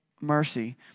mercy